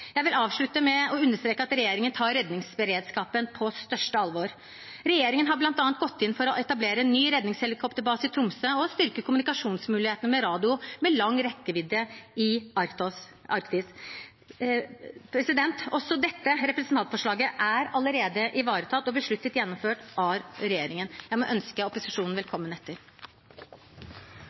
Jeg vil avslutte med å understreke at regjeringen tar redningsberedskapen på det største alvor. Regjeringen har bl.a. gått inn for å etablere en ny redningshelikopterbase i Tromsø og styrke kommunikasjonsmulighetene med radio med lang rekkevidde i Arktis. Også dette representantforslaget er allerede ivaretatt og besluttet gjennomført av regjeringen. La meg ønske opposisjonen velkommen etter.